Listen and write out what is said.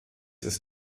ist